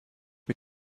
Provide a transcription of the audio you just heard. mit